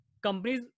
Companies